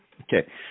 Okay